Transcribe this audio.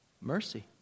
Mercy